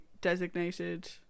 designated